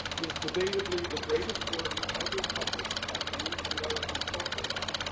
is debatably the greatest work ever published by any american folklorist.